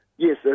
Yes